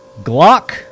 Glock